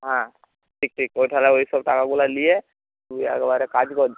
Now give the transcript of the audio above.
হ্যাঁ ঠিক ঠিক ওইসব টাকাগুলো নিয়ে তুই এক কাজ কর